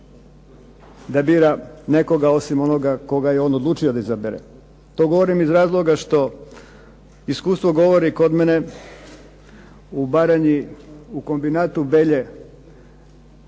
da bira nekoga osim onoga koga je on odlučio da izabere? To govorim iz razloga što iskustvo govori kod mene u Baranji, u kombinatu Belje